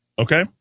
Okay